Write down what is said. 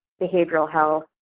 behavioral health.